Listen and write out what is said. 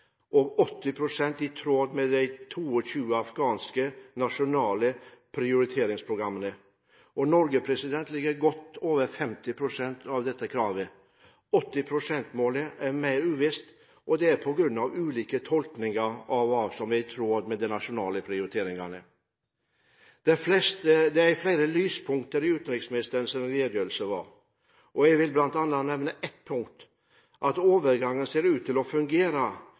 80 pst. i tråd med de 22 afghanske nasjonale prioriteringsprogrammene. Norge ligger godt over dette 50 pst.-kravet. 80 pst.-målet er mer uvisst, på grunn av ulike tolkninger av hva som er i tråd med de nasjonale prioriteringene. Det er flere lyspunkter i utenriksministerens redegjørelse, og jeg vil bl.a. nevne ett punkt: Overgangen ser ut til å fungere.